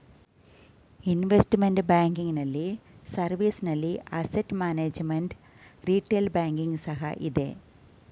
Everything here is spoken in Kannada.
ಇನ್ವೆಸ್ಟ್ಮೆಂಟ್ ಬ್ಯಾಂಕಿಂಗ್ ನಲ್ಲಿ ಸರ್ವಿಸ್ ನಲ್ಲಿ ಅಸೆಟ್ ಮ್ಯಾನೇಜ್ಮೆಂಟ್, ರಿಟೇಲ್ ಬ್ಯಾಂಕಿಂಗ್ ಸಹ ಇದೆ